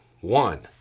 One